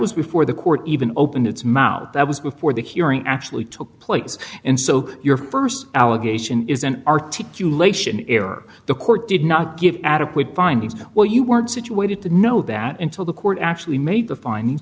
was before the court even opened its mouth that was before the hearing actually took place and so your st allegation is an articulation error the court did not give adequate findings well you weren't situated to know that until the court actually made the find